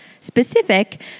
specific